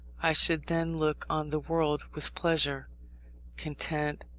i should then look on the world with pleasure content,